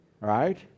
Right